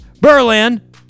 Berlin